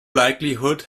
likelihood